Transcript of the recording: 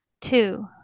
two